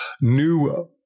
new